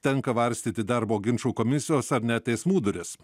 tenka varstyti darbo ginčų komisijos ar net teismų duris